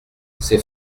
c’est